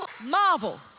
marvel